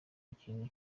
ikintu